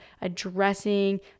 addressing